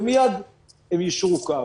ומייד הם יישרו קו.